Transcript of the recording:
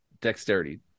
dexterity